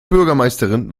bürgermeisterin